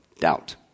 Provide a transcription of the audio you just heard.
Doubt